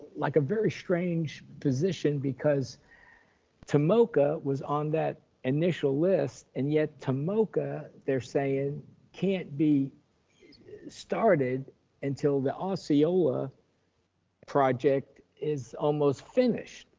like a very strange position because tomoka was on that initial list. and yet tomoka they're saying can't be started until the osceola project is almost finished.